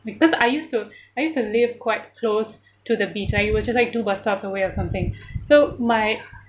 because I used to I used to live quite close to the beach like it was just like two bus stops away or something so my